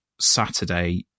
Saturday